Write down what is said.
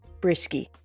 Brisky